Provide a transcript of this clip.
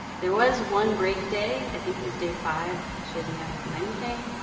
there was one break day. i think it was day five she doesn't have you do anything.